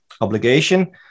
obligation